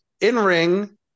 in-ring